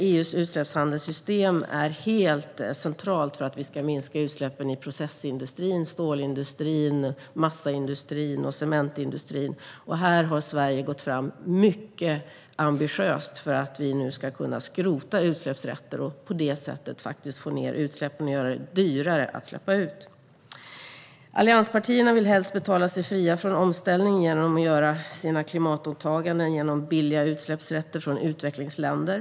EU:s utsläppshandelssystem är helt centralt för att kunna minska utsläppen i processindustrin, stålindustrin, massaindustrin och cementindustrin. Här har Sverige gått fram mycket ambitiöst så att vi nu kan skrota utsläppsrätter och på så sätt få ned utsläppen och göra det dyrare att släppa ut. Allianspartierna vill helst köpa sig fria från omställningen genom att göra klimatåtaganden med hjälp av billiga utsläppsrätter från utvecklingsländer.